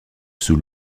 sous